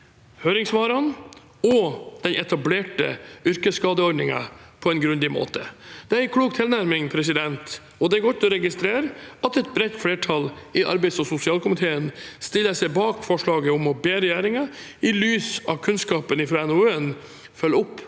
høringssvarene og den etablerte yrkesskadeordningen på en grundig måte. Det er en klok tilnærming, og det er godt å registrere at et bredt flertall i arbeids- og sosialkomiteen stiller seg bak forslaget om å be regjeringen, i lys av kunnskapen fra NOU-en, følge opp